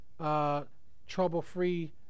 trouble-free